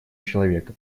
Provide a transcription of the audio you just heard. человека